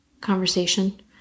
conversation